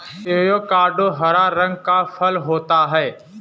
avocado हरा रंग का फल होता है